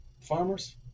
farmers